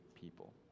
people